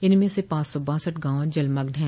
इनमें से पाच सौ बासठ गांव जलमग्न है